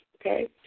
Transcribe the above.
okay